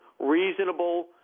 reasonable